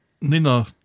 Nina